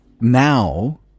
now